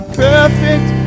perfect